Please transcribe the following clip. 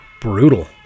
brutal